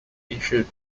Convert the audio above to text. issued